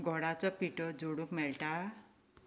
गोडाचो पिठो जोडूंक मेळटा